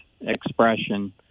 expression